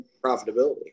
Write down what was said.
profitability